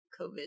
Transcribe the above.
covid